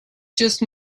just